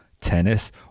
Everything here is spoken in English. tennis